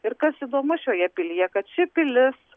ir kas įdomu šioje pilyje kad ši pilis